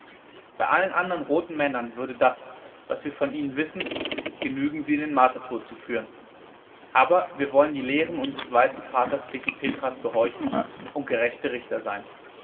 bei allen andern roten männern würde das was wir von ihnen wissen genügen sie in den martertod zu führen wir aber wollen den lehren unsers weißen vaters klekih petra gehorchen und gerechte richter sein